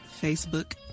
Facebook